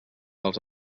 els